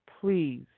please